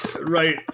right